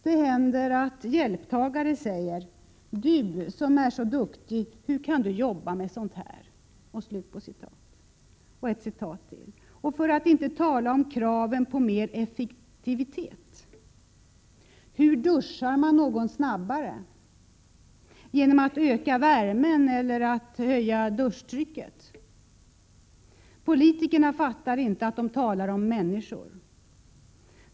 Det händer att hjälptagare säger: Du som är så duktig — hur kan du jobba med sånt här?” Någon sade: ”Och för att inte tala om kraven på mer effektivitet. Hur duschar man någon snabbare? Genom att öka värmen eller höja duschtrycket? Politikerna fattar inte att de talar om människor.